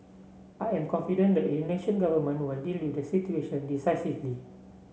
I am confident the Indonesian Government will deal with the situation decisively